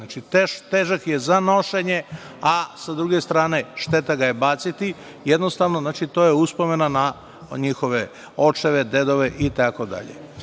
Znači, težak je za nošenje, a sa druge strane šteta ga je baciti. Jednostavno, to je uspomena na njihove očeve, dedove itd. Ova